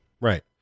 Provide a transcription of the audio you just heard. Right